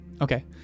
Okay